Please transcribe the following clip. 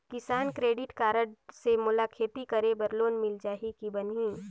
किसान credit card से मोला खेती करे बर लोन मिल जाहि की बनही??